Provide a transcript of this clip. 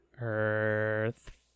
Earth